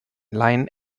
laien